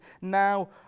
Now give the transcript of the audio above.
now